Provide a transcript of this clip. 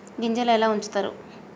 గింజలు ఎలా ఉంచుతారు?